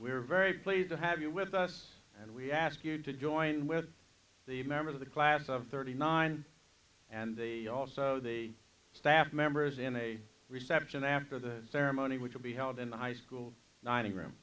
are very pleased to have you with us and we ask you to join with the members of the class of thirty nine and also the staff members in a reception after the ceremony which will be held in the high school nine room